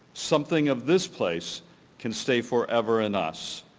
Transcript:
something of this place can stay forever in us.